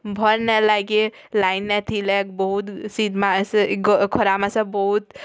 ଭଲ୍ ନାଇଁ ଲାଗେ ଲାଇନ୍ ନାଇଁ ଥିଲେ ବହୁତ୍ ଖରା ମାସେ ବହୁତ୍